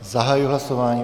Zahajuji hlasování.